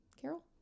Carol